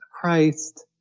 Christ